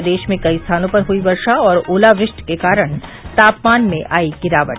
प्रदेश में कई स्थानों पर हुई वर्षा और ओलावृष्टि के कारण तापमान में आई गिरावट